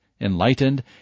enlightened